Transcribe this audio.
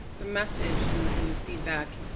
the message and the and the feedback,